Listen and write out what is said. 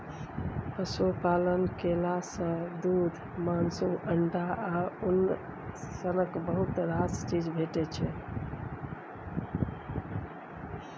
पशुपालन केला सँ दुध, मासु, अंडा आ उन सनक बहुत रास चीज भेटै छै